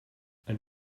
ein